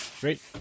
Great